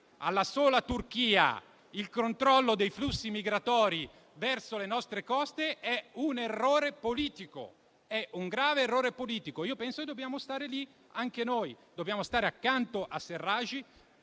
alla sola Turchia il controllo dei flussi migratori verso le nostre coste è un errore politico; è un grave errore politico. Io penso che dobbiamo stare lì anche noi; dobbiamo stare accanto a Serraj,